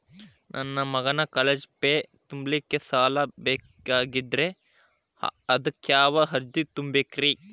ನನ್ನ ಮಗನ college fee ತುಂಬಲಿಕ್ಕೆ ಸಾಲ ಬೇಕಾಗೆದ್ರಿ ಅದಕ್ಯಾವ ಅರ್ಜಿ ತುಂಬೇಕ್ರಿ?